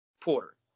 Porter